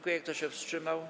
Kto się wstrzymał?